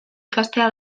ikastea